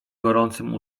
gorącym